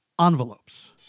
envelopes